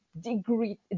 degree